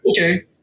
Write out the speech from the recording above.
Okay